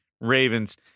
Ravens